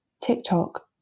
TikTok